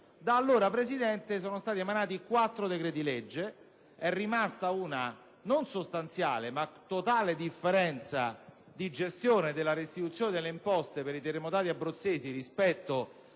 Da allora, Presidente, sono stati emanati quattro decreti-legge, e rimasta una non sostanziale, ma totale differenza di gestione del regime di restituzione delle imposte per i terremotati abruzzesi rispetto